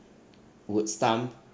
would stump